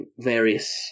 various